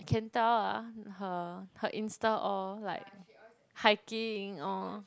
can tell ah her her Insta all like hiking or